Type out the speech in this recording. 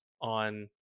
on